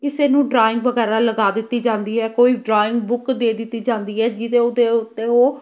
ਕਿਸੇ ਨੂੰ ਡਰਾਇੰਗ ਵਗੈਰਾ ਲਗਾ ਦਿੱਤੀ ਜਾਂਦੀ ਹੈ ਕੋਈ ਡਰਾਇੰਗ ਬੁੱਕ ਦੇ ਦਿੱਤੀ ਜਾਂਦੀ ਹੈ ਜਿਹਦੇ ਉਹਦੇ ਉਤੇ ਉਹ